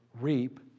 reap